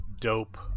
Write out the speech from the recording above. Dope